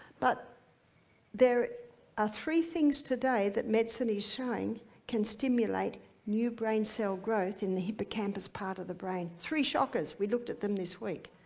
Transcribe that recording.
but there are ah three things today that medicine is showing can stimulate new brain cell growth in the hippocampus part of the brain, three shockers, we looked at them this week.